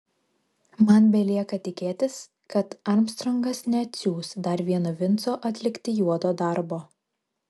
man belieka tikėtis kad armstrongas neatsiųs dar vieno vinco atlikti juodo darbo